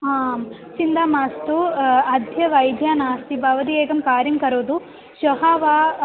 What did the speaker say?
आं चिन्ता मास्तु अद्य वैद्यः नास्ति भवती एकं कार्यं करोतु श्वः वा